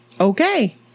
Okay